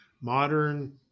modern